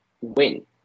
win